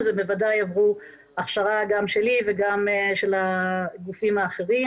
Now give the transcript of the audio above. אז הם בוודאי עברו הכשרה גם שלי וגם של הגופים האחרים.